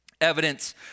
evidence